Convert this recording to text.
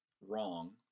wrong